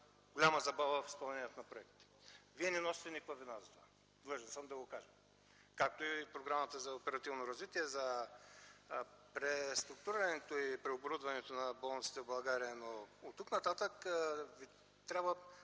голяма забава в изпълнението на проектите. Вие не носите никаква вина – длъжен съм да го кажа, както и по Програмата за оперативно развитие за преструктурирането и преоборудването на болниците в България. Оттук-нататък обаче